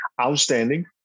Outstanding